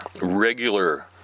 regular